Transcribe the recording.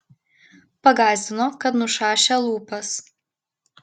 pagąsdino kad nušašią lūpas